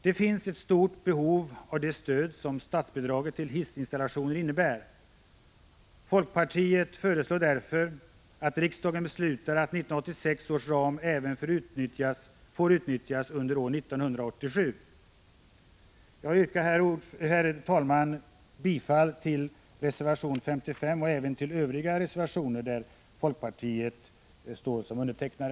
Det finns ett stort behov av det stöd som statsbidraget till hissinstallationer innebär. Folkpartiet föreslår därför att riksdagen beslutar att 1986 års ram även får utnyttjas under år 1987. Herr talman! Jag yrkar bifall till reservation 55 och även till övriga reservationer där folkpartister står som undertecknare.